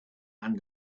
and